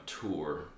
tour